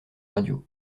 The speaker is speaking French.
radios